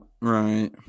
right